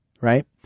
right